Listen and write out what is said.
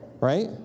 Right